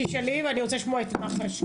תשאלי, ואני רוצה לשמוע את מח"ש.